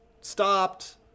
stopped